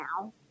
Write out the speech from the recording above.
now